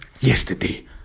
yesterday